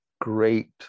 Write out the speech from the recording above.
great